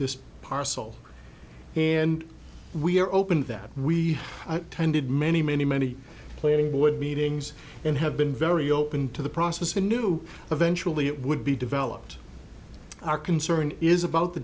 this parcel and we are open that we attended many many many planning board meetings and have been very open to the process and knew eventually it would be developed our concern is about the